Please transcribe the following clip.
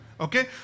Okay